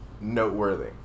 noteworthy